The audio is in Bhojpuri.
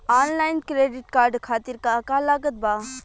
आनलाइन क्रेडिट कार्ड खातिर का का लागत बा?